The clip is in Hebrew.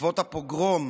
בעקבות הפוגרום